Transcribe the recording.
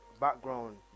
background